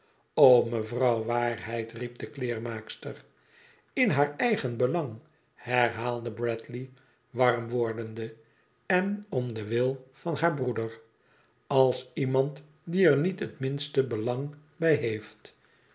mevrouw w riep de kleermaakster in haar eigen belang herhaalde bradley warm wordende en om den wil van haar broeder als iemand die er niet het minste belang bij heeft